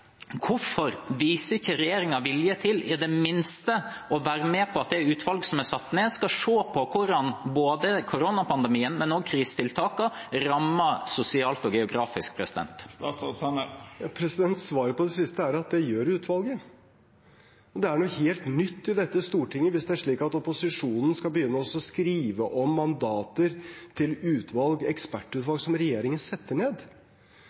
Hvorfor viser ikke regjeringen i det minste vilje til å være med på at det utvalget som er satt ned, skal se på hvordan koronapandemien og krisetiltakene rammer sosialt og geografisk? Svaret på det siste er at det gjør utvalget. Det er noe helt nytt i dette stortinget hvis det er slik at opposisjonen skal begynne å skrive om mandater til ekspertutvalg som regjeringen setter ned.